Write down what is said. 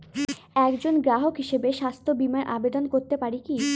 একজন গ্রাহক হিসাবে স্বাস্থ্য বিমার আবেদন করতে পারি কি?